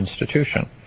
institution